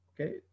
Okay